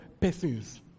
persons